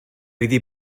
iddi